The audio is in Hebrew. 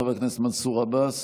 חבר הכנסת מנסור עבאס,